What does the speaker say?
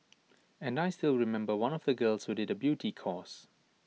and I still remember one of the girls who did A beauty course